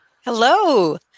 hello